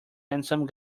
handsome